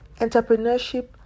Entrepreneurship